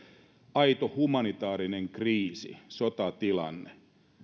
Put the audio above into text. aito humanitaarinen kriisi sotatilanne